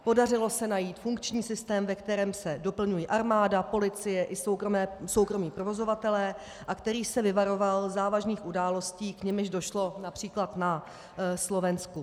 Podařilo se najít funkční systém, ve kterém se doplňuje armáda, policie i soukromí provozovatelé a který se vyvaroval závažných událostí, k nimž došlo například na Slovensku.